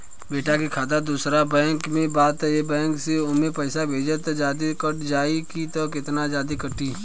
बेटा के खाता दोसर बैंक में बा त ए बैंक से ओमे पैसा भेजम त जादे कट जायी का त केतना जादे कटी?